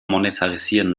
monetarisieren